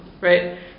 right